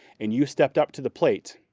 and you stepped up to the plate,